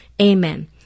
Amen